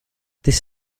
this